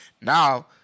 Now